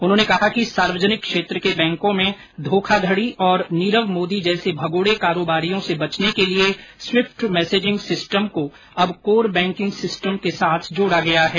उन्होंने कहा कि सार्वजनिक क्षेत्र के बैंकों में धोखाधड़ी और नीरव मोदी जैसे भगोड़े कारोबारियों से बचने के लिए स्विफ्ट मैसेजिंग सिस्टम को अब कोर बैंकिंग सिस्टम के साथ जोड़ा गया है